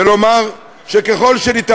ולומר שככל האפשר,